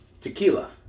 tequila